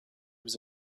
was